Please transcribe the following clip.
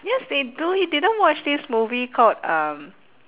yes they do you didn't watch this movie called um